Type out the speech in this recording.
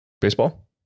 Baseball